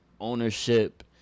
ownership